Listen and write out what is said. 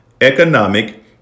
economic